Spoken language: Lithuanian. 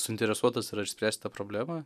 suinteresuotas išspręst tą problemą